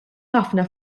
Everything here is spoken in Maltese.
ħafna